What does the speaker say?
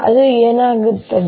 ಆಗ ಏನಾಗುತ್ತದೆ